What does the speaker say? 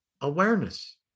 awareness